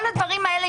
כל הדברים האלה,